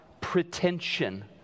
pretension